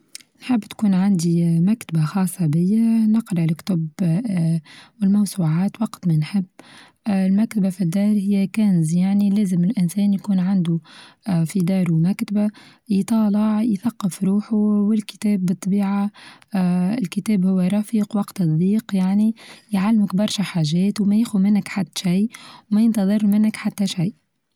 نحب تكون عندي مكتبة خاصة بيا نقرا الكتب والموسوعات وقت ما نحب، اه المكتبة في الدار هى كانز يعني لازم الإنسان يكون عندو اه في دارو مكتبة يطالع يثقف روحو، والكتاب بالطبيعة اه الكتاب هو رفيق وقت الظيق يعني يعلمك برشا حاچات وما ياخد منك حتى شيء وما ينتظر منك حتى شيء.